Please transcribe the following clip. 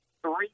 three